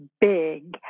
big